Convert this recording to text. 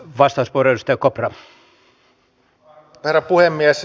arvoisa herra puhemies